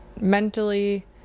mentally